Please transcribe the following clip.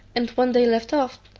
and when they left off,